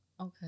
Okay